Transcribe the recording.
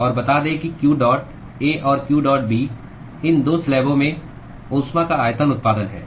और बता दें कि q डॉट A और q डॉट B इन 2 स्लैबों में ऊष्मा का आयतन उत्पादन है